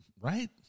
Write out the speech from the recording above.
Right